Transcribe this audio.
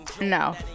No